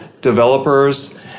developers